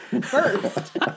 First